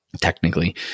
technically